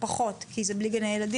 או פחות כי זה בלי גני ילדים,